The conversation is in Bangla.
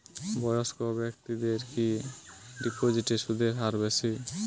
বয়স্ক ব্যেক্তিদের কি ডিপোজিটে সুদের হার বেশি?